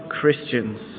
Christians